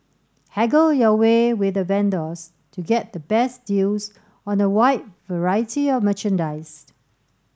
haggle your way with the vendors to get the best deals on a wide variety of merchandise